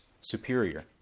superior